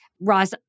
Ross